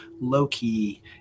low-key